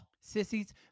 Sissies